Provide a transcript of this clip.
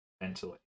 mentally